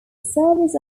service